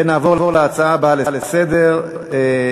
נעבור להצעה הבאה לסדר-היום,